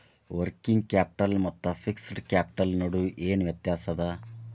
Working capital ಮತ್ತ fixed capital ನಡು ಏನ್ ವ್ಯತ್ತ್ಯಾಸದ?